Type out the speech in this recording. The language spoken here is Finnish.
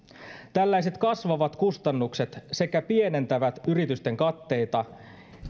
tällaiset kasvavat kustannukset sekä pienentävät yritysten katteita